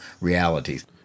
realities